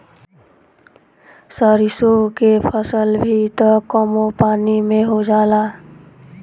सरिसो के फसल भी त कमो पानी में हो जाला